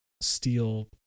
steel